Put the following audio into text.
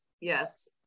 Yes